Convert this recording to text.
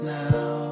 now